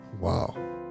Wow